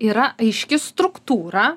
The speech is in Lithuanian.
yra aiški struktūra